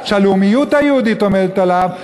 שהלאומיות היהודית עומדת עליו,